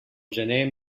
gener